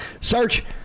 Search